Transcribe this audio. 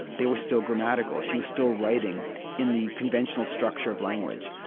they were still grammatical she was still writing in the conventional structure of language.